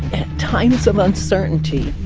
at times of uncertainty,